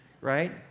right